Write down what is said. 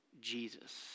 Jesus